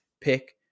pick